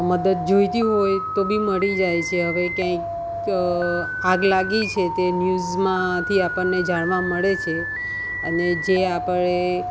મદદ જોઈતી હોય તો બી મળી જાય છે હવે ક્યાંક આગ લાગી છે તે ન્યુઝમાંથી આપણને જાણવા મળે છે અને જે આપણે